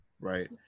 right